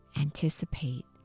Anticipate